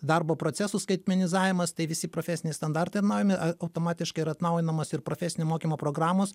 darbo procesų skaitmenizavimas tai visi profesiniai standartai naujinami automatiškai yra atnaujinamos ir profesinio mokymo programos